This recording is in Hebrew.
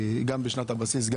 גם בשנת הבסיס.